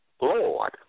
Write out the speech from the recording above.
Lord